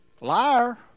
liar